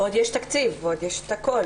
ועוד יש תקציב, יש את הכל.